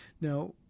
Now